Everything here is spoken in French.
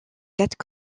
quatre